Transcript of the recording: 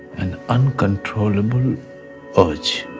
an uncontrollable urge.